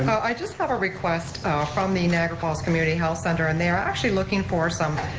i just have a request from the niagara falls community health center and they are actually looking for some,